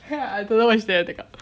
I don't know why she never take out